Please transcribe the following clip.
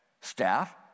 staff